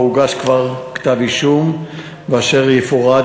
שבו הוגש כבר כתב-אישום ואשר יפורט.